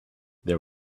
there